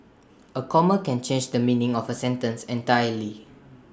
A comma can change the meaning of A sentence entirely